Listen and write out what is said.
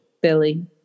Billy